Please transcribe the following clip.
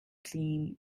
clean